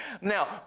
Now